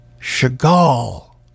Chagall